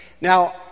Now